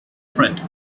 print